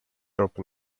open